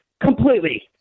Completely